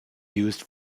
used